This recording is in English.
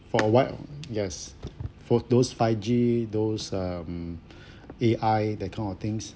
for what yes for those five G those um A_I that kind of things